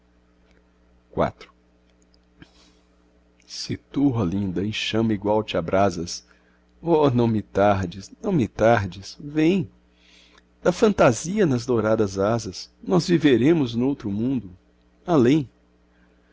se tu oh linda em chama igual te abrasas oh não me tardes não me tardes vem da fantasia nas douradas asas nós viveremos noutro mundo além